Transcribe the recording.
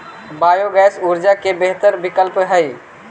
biogas ऊर्जा के बेहतर विकल्प हई